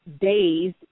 days